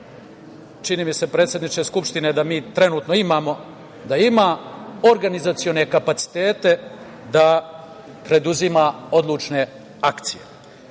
čini mi se, predsedniče Skupštine, da mi trenutno imamo, da ima organizacione kapaciteta da preduzima odlučne